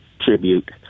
tribute